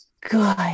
good